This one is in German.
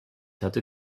hatte